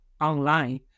online